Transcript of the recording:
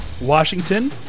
Washington